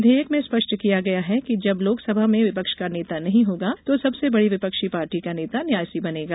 विधेयक में स्पष्ट किया गया है कि जब लोकसभा में विपक्ष का नेता नहीं होगा तो सबसे बड़ी विपक्षी पार्टी का नेता न्यासी बनेगा